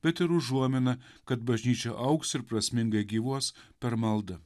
bet ir užuominą kad bažnyčia augs ir prasmingai gyvuos per maldą